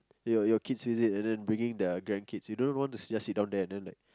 your your kid visit and then bringing the grand kids you don't want to just sit down there and then like